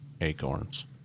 acorns